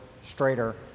straighter